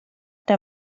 der